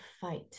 fight